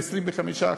ב-25%,